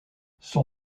son